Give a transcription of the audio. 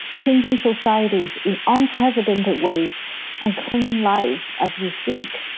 changing societies in unprecedented ways and claiming lives as we speak,